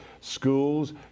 schools